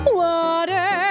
water